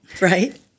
Right